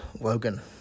Logan